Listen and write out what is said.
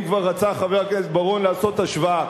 אם כבר רצה חבר הכנסת בר-און לעשות השוואה.